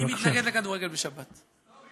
אני מתנגד לכדורגל בשבת, אבל